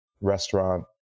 restaurant